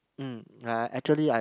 mm I actually I